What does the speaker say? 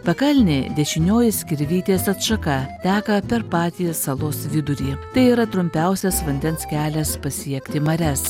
pakalnė dešinioji skirvytės atšaka teka per patį salos vidurį tai yra trumpiausias vandens kelias pasiekti marias